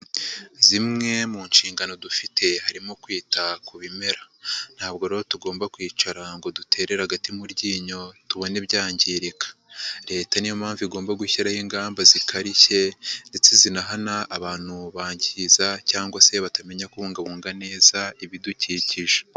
Zimwe mu nshingano dufite harimo kwita ku bimera, ntabwo rero tugomba kwicara ngo dutere agati mu ryinyo tubone ibyangirika, leta niyo mpamvu igomba gushyiraho ingamba zikarishye ndetse zinahana abantu bangiza cyangwa se batamenya kubungabunga neza ibidukikije.